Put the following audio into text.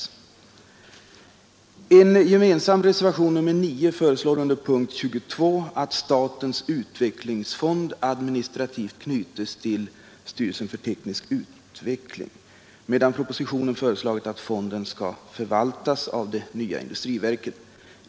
I en gemensam borgerlig-kommunistisk reservation, nr 9, föreslås i anslutning till utskottets hemställan under punkten 22 att statens utvecklingsfond administrativt knyts till styrelsen för teknisk utveckling, medan propositionen föreslagit att fonden skall förvaltas av det nya industriverket.